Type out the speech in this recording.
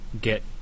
get